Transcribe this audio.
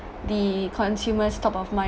the consumers top of